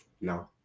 No